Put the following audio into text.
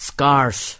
Scars